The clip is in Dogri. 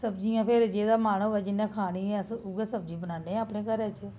सब्जियां फिर जेह्दा मन होऐ जि'न्नै खानी ऐ उ'ऐ सब्जी बनान्ने आं अपने घर च